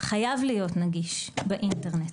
חייב להיות נגיש באינטרנט.